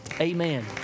Amen